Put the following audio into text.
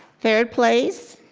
third place,